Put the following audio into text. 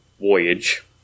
voyage